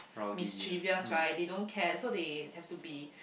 mischievous right they don't care so they have to be